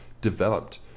developed